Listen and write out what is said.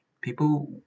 People